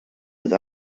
het